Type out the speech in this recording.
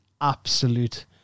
absolute